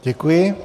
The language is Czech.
Děkuji.